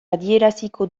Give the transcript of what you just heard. adieraziko